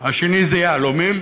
השני זה יהלומים,